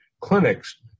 clinics